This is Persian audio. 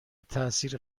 تاثیر